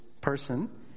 person